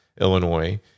Illinois